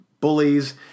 bullies